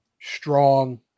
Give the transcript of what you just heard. strong